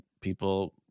people